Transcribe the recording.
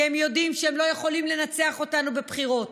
כי הם יודעים שהם לא יכולים לנצח אותנו בבחירות.